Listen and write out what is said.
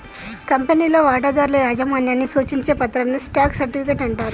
కంపెనీలో వాటాదారుల యాజమాన్యాన్ని సూచించే పత్రాన్ని స్టాక్ సర్టిఫికెట్ అంటారు